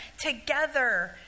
together